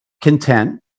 content